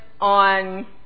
on